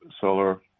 solar